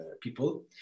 people